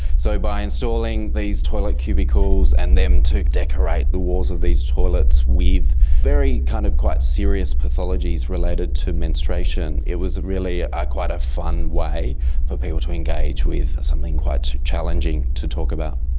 so by installing these toilet cubicles and then to decorate the walls of these toilets with very kind of quite serious pathologies related to menstruation, it was really quite a fun way for people to engage with something quite challenging to talk about.